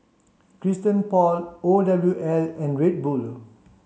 Christian Paul O W L and Red Bull